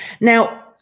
Now